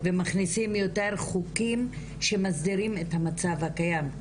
ומכניסים יותר חוקים כשמסדירים את המצב הקיים,